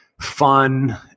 fun